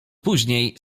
później